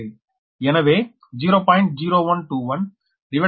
எனவே 0